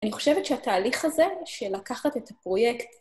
אני חושבת שהתהליך הזה של לקחת את הפרויקט...